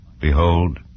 behold